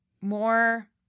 more